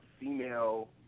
female